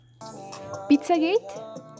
Pizzagate